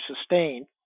sustained